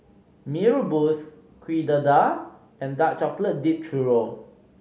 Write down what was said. Mee Rebus Kuih Dadar and dark chocolate dipped churro